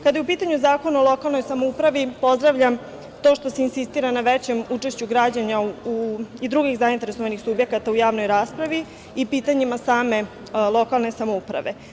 Kada je u pitanju Zakon o lokalnoj samoupravi, pozdravljam to što se insistira na većem učešću građana i drugih zainteresovanih subjekata u javnoj raspravi i pitanjima same lokalne samouprave.